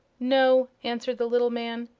no, answered the little man,